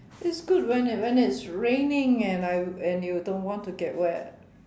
it's good when it when it's raining and I and you don't want to get wet